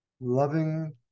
Loving